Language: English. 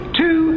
two